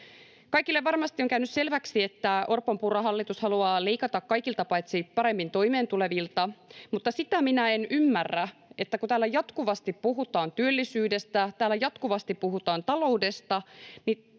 Kaikille varmasti on käynyt selväksi, että Orpon—Purran hallitus haluaa leikata kaikilta, paitsi paremmin toimeentulevilta, mutta sitä minä en ymmärrä, että kun täällä jatkuvasti puhutaan työllisyydestä, täällä jatkuvasti puhutaan taloudesta, niin